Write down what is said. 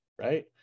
right